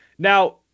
Now